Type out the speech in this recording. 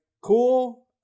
cool